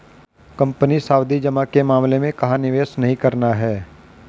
Company सावधि जमा के मामले में कहाँ निवेश नहीं करना है?